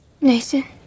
Nathan